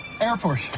airport